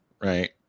right